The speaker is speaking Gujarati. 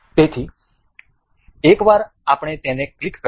તેથી એકવાર આપણે તેને ક્લિક કરીશું